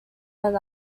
than